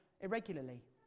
irregularly